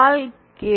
k